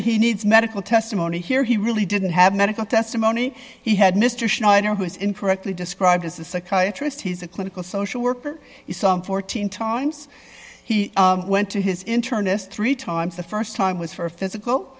he needs medical testimony here he really didn't have medical testimony he had mr shiner who is incorrectly described as a psychiatrist he's a clinical social worker some fourteen times he went to his internist three times the st time was for a physical